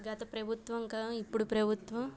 గత ప్రభుత్వం క ఇప్పుడు ప్రభుత్వం